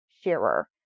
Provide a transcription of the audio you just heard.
Shearer